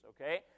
Okay